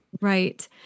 Right